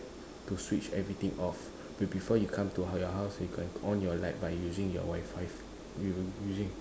to switch everything off b~ before you come to your house you can on your light by using your wifi you using